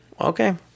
Okay